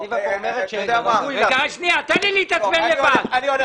כן, שישנו את העמדה הזאת.